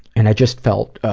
and i just felt, ah,